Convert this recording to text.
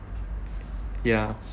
ya